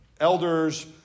elders